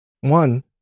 one